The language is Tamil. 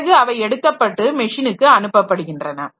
பிறகு அவை எடுக்கப்பட்டு மெஷினுக்கு அனுப்பப்படுகின்றன